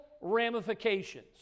ramifications